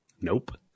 Nope